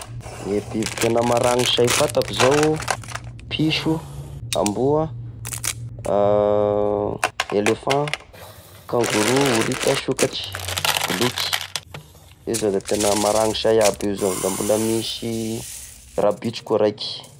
Gne biby tena maraninsay fatako zao: piso, amboa, elephant ,kangoro, horita sokatry, boloky, io zao da tena maranisay aby io zao, da mbola misy rabitro koa raiky.